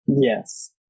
yes